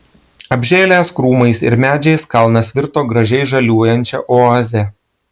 apžėlęs krūmais ir medžiais kalnas virto gražiai žaliuojančia oaze